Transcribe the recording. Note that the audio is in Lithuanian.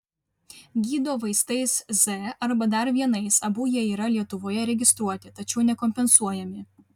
gydo vaistais z arba dar vienais abu jie yra lietuvoje registruoti tačiau nekompensuojami